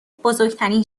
بزرگترین